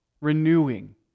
renewing